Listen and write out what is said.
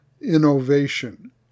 innovation